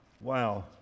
Wow